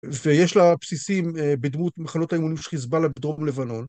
ויש לה בסיסים בדמות מחנות האימונים של חיזבאללה בדרום לבנון.